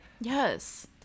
Yes